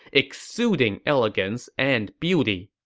exuding elegance and beauty.